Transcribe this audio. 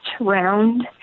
round